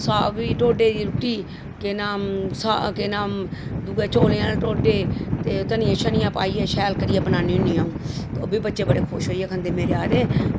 साग होइया ढोड्डे दी रुट्टी केह् नाम केह् नाम दूऐ चौलें आह्ले टोड्डे ते धनियां पाइयै शैल करियै बनानी होनी अं'ऊ ते ओह्बी बच्चे खुश होइयै खंदे मेरे आह्ले